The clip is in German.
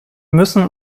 müssen